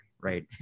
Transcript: right